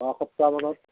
অহা সপ্তাহমানত